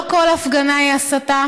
לא כל הפגנה היא הסתה.